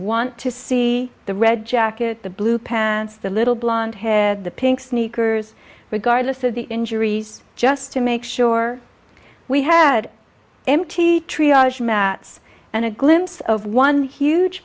want to see the red jacket the blue pants the little blond head the pink sneakers regardless of the injuries just to make sure we had empty triage mats and a glimpse of one huge